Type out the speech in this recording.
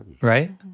right